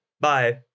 Bye